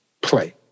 play